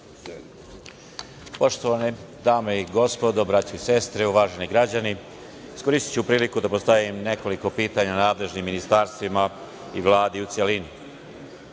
Poštovane dame i gospodo, braćo i sestre, uvaženi građani, iskoristiću priliku da postavim nekoliko pitanja nadležnim ministarstvima i Vladi u celini.Za